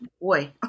Boy